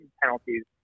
penalties